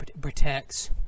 protects